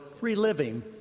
reliving